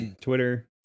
Twitter